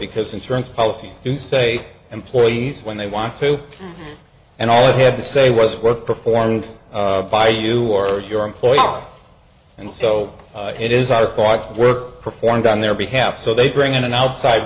because insurance policies do say employees when they want to and all it had to say was work performed by you or your employer off and so it is our thoughts of work performed on their behalf so they bring in an outside